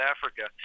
Africa